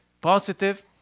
positive